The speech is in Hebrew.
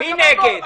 נכון.